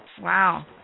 Wow